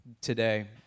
today